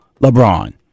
LeBron